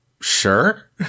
Sure